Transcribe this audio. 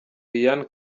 liliane